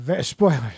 spoilers